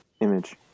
image